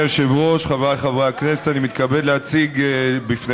73 בעד, 16 נגד, אפס נמנעים.